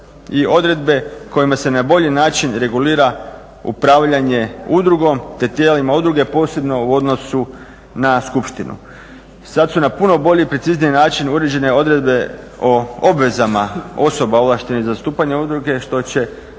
i odredbe kojima se na bolji način regulira upravljanje udrugom te tijelima udruge posebno u odnosu na skupštinu. Sad su na puno bolji i precizniji način uređene odredbe o obvezama osoba ovlaštenih za zastupanje udruge što će